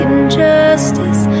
Injustice